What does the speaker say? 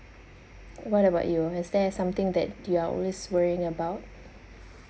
what about you is there something that you're always worrying about